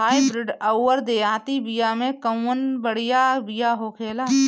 Hybrid अउर देहाती बिया मे कउन बढ़िया बिया होखेला?